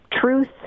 Truth